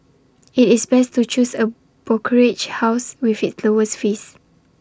IT is best to choose A brokerage house with the lower fees